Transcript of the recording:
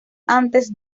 antes